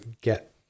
get